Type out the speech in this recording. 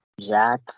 Jack